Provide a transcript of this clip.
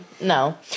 No